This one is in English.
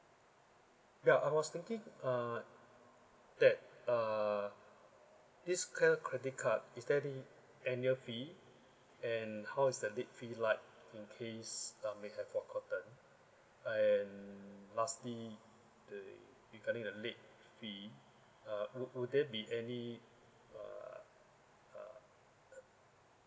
ya I was thinking uh that uh this clear credit card is there any annual fee and how is the late fee like in case um we have forgotten and lastly the regarding the late fee ah would would there be any uh uh uh